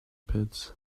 pits